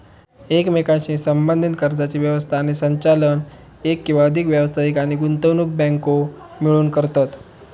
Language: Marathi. एकमेकांशी संबद्धीत कर्जाची व्यवस्था आणि संचालन एक किंवा अधिक व्यावसायिक आणि गुंतवणूक बँको मिळून करतत